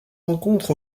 rencontre